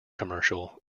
commercial